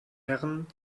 herren